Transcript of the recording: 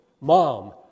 Mom